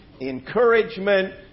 encouragement